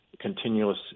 continuous